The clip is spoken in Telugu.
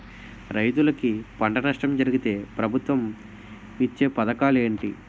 రైతులుకి పంట నష్టం జరిగితే ప్రభుత్వం ఇచ్చా పథకాలు ఏంటి?